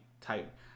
type